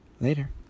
Later